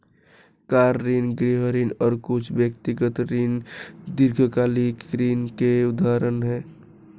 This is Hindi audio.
कार ऋण, गृह ऋण और कुछ व्यक्तिगत ऋण दीर्घकालिक ऋण के उदाहरण हैं